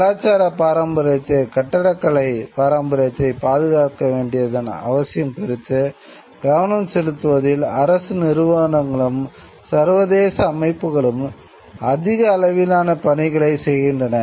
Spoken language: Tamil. கலாச்சார பாரம்பரியத்தை கட்டடக்கலை பாரம்பரியத்தை பாதுகாக்க வேண்டியதன் அவசியம் குறித்து கவனம் செலுத்துவதில் அரசு நிறுவனங்களும் சர்வதேச அமைப்புகளும் அதிக அளவிலான பணிகளை செய்கின்றன